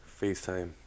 FaceTime